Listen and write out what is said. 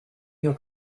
your